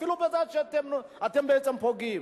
אפילו בזה אתם בעצם פוגעים.